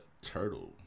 turtle